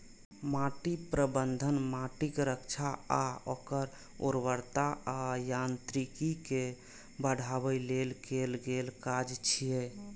माटि प्रबंधन माटिक रक्षा आ ओकर उर्वरता आ यांत्रिकी कें बढ़ाबै लेल कैल गेल काज छियै